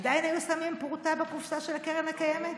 עדיין היו שמים פרוטה בקופסה של הקרן הקיימת?